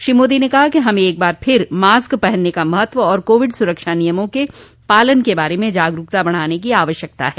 श्री मोदी ने कहा कि हमें एक बार फिर मास्क पहनने का महत्व और कोविड सुरक्षा नियमों के पालन के बारे में जागरूकता बढ़ाने की आवश्यकता है